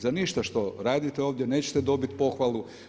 Za ništa što radite ovdje nećete dobiti pohvalu.